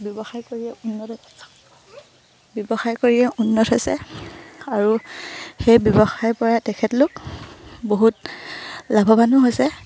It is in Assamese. ব্যৱসায় কৰিয়ে উন্নত ব্যৱসায় কৰিয়ে উন্নত হৈছে আৰু সেই ব্যৱসায়ৰপৰা তেখেতলোক বহুত লাভৱানো হৈছে